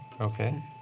Okay